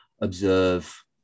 observe